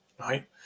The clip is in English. right